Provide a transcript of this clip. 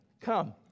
come